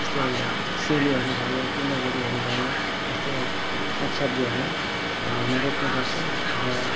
यस्तो सिमीहरू भयो तुने बोडीहरू भयो यस्तो साग सब्जीहरू म रोप्ने गर्छु र